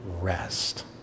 rest